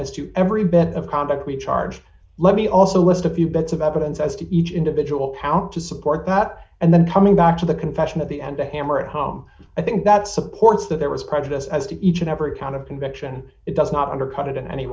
as to every bit of conduct we charged let me also list a few bits of evidence as to each individual how to support that and then coming back to the confession at the end to hammer it home i think that supports that there was prejudice as to each and every count of conviction it does not undercut it in any